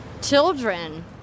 children